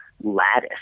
Lattice